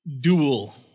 dual